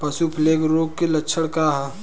पशु प्लेग रोग के लक्षण का ह?